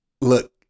Look